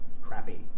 crappy